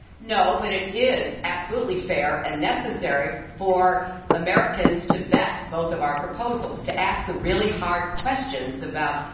no. but it is absolutely fair and necessary for americans to vet both of our proposals, to ask the really hard questions about,